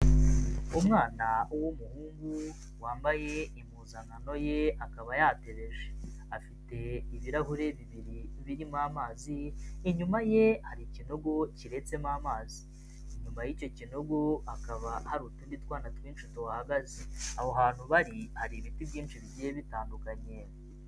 Umwana w'umuhungu wambaye impuzankano ye akaba yatebeje, afite ibirahure bibiri birimo amazi, inyuma ye hari ikinogo kiretsemo amazi. Inyuma y'icyo kinogo hakaba hari utundi twana twinshi tuhahagaze, aho hantu bari hari ibiti byinshi bigiye bitandukanye.